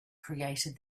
created